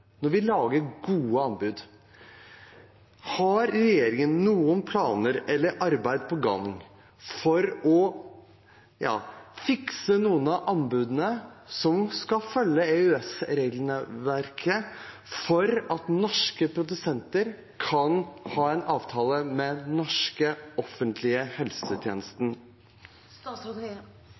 når vi lager gode anbud. Har regjeringen noen planer eller noe arbeid på gang for å – skal vi si – fikse noen av anbudene som skal følge EØS-regelverket for at norske produsenter kan ha en avtale med den norske offentlige